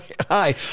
Hi